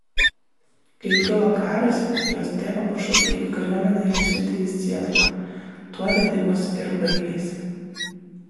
kai kilo karas jos tėvą pašaukė į kariuomenę ir išsiuntė į sietlą tuo vedybos ir baigėsi